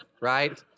right